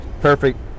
Perfect